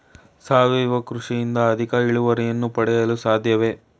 ಸಾವಯವ ಕೃಷಿಯಿಂದ ಅಧಿಕ ಇಳುವರಿಯನ್ನು ಪಡೆಯಲು ಸಾಧ್ಯವೇ?